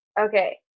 Okay